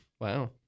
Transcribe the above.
Wow